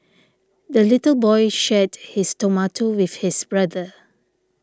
the little boy shared his tomato with his brother